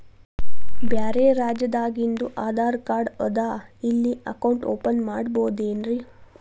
ಬ್ಯಾರೆ ರಾಜ್ಯಾದಾಗಿಂದು ಆಧಾರ್ ಕಾರ್ಡ್ ಅದಾ ಇಲ್ಲಿ ಅಕೌಂಟ್ ಓಪನ್ ಮಾಡಬೋದೇನ್ರಿ?